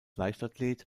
leichtathlet